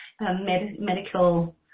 medical